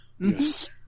Yes